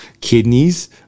kidneys